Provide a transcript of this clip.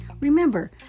Remember